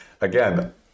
again